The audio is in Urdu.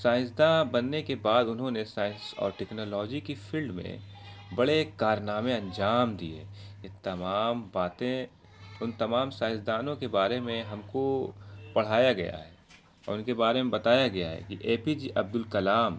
سائنسداں بننے کے بعد انہوں نے سائنس اور ٹیکنالوجی کی فیلڈ میں بڑے کارنامے انجام دیے یہ تمام باتیں ان تمام سائنسدانوں کے بارے میں ہم کو پڑھایا گیا ہے اور ان کے بارے میں بتایا گیا ہے کہ A P J Abdul Kalam